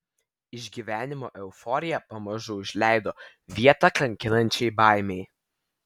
išgyvenimo euforija pamažu užleido vietą kankinančiai baimei